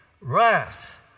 wrath